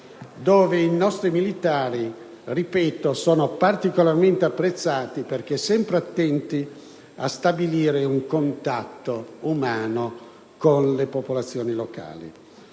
dove i nostri militari, ripeto, sono particolarmente apprezzati, perché sempre attenti a stabilire un contatto umano con le popolazioni locali.